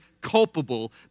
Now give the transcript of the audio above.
culpable